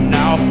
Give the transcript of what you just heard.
now